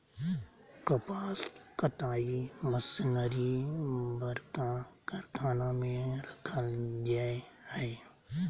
कपास कताई मशीनरी बरका कारखाना में रखल जैय हइ